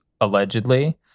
allegedly